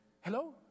Hello